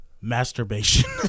Masturbation